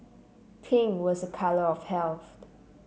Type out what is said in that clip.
pink was a colour of health